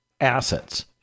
assets